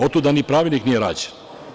Otuda ni pravilnik nije rađen.